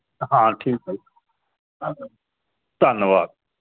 ਹਾਂ ਠੀਕ ਆ ਧੰਨਵਾਦ